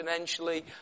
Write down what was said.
exponentially